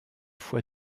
fois